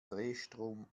drehstrom